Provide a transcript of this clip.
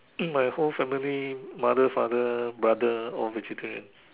my whole family mother father brother all vegetarian